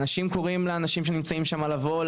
אנשים קוראים לאנשים שנמצאים שם לבוא,